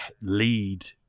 lead